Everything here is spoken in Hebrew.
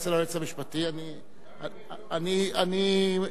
ברכה, הם לא,